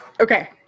Okay